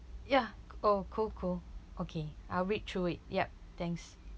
ya oh cool cool okay I'll read through it yup thanks